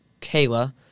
Kayla